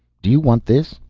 do you want this?